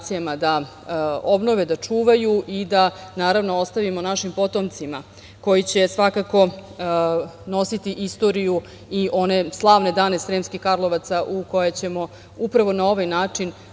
da obnove, da čuvaju i da naravno ostavimo našim potomcima, koji će svakako nositi istoriju i one slavne dane Sremskih Karlovaca koje ćemo upravo na ovaj način